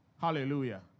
Hallelujah